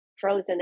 frozen